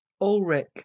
Ulrich